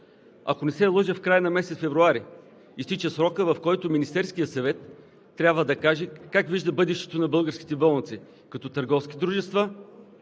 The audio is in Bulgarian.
Ако не се лъжа, в края на месец февруари изтича срокът, в който Министерският съвет трябва да каже как вижда бъдещето на българските болници – като търговски дружества